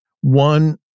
One